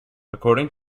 according